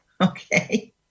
Okay